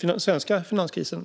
den svenska finanskrisen.